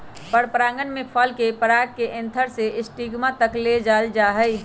परागण में फल के पराग के एंथर से स्टिग्मा तक ले जाल जाहई